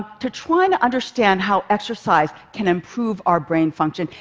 to trying to understand how exercise can improve our brain function,